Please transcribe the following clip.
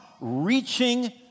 reaching